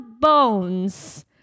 bones